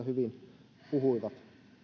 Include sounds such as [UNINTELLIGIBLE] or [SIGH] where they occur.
[UNINTELLIGIBLE] hyvin puhuivat